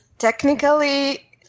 Technically